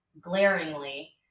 glaringly